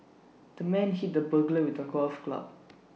the man hit the burglar with A golf club